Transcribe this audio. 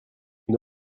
une